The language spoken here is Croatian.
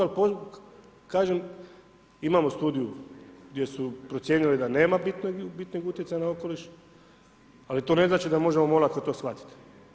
Al, kažem imamo studiju gdje su procijenili da nema bitnog utjecaja na okoliš, ali to ne znači da možemo olako to shvatiti.